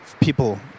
people